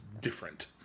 different